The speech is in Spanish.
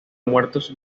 muertos